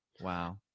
Wow